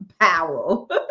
Powell